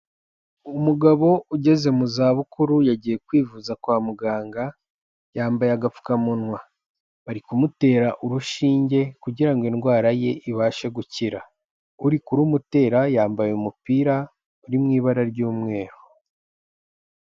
Umugabo ugeze mu za bukuru yagiye kwivuza kwa muganga yambaye agapfukamunwa, bari kumutera urushinge kugira indwara ye ibashe gukira, uri kurumutera yambaye umupira uri mu ibara ry'umweru.